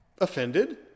offended